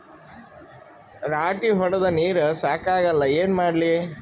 ರಾಟಿ ಹೊಡದ ನೀರ ಸಾಕಾಗಲ್ಲ ಏನ ಮಾಡ್ಲಿ?